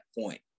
point